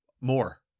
More